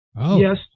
Yes